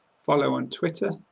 follow on twitter